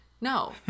No